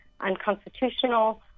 unconstitutional